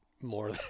more